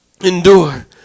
endure